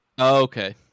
Okay